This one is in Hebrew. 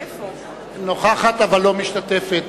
אינה משתתפת